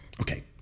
Okay